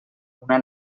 una